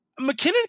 McKinnon